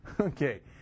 Okay